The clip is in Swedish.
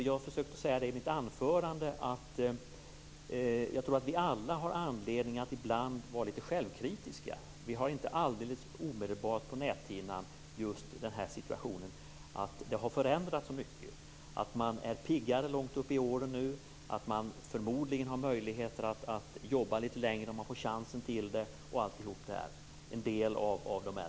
Jag försökte säga i mitt anförande att jag tror att vi alla har anledning att ibland vara litet självkritiska. Vi har inte alldeles omedelbart på näthinnan att just den här situationen har förändrats så mycket, att man är piggare långt upp i åren nu. En del av de äldre har förmodligen möjlighet att jobba litet längre om de får chansen till det.